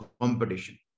competition